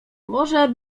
może